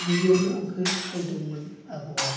गिबियावनो आंखो सिखायदोंमोन आबौआ